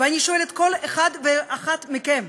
ואני שואלת כל אחד ואחת מכם: